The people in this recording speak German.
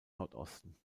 nordosten